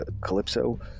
Calypso